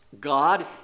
God